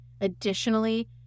Additionally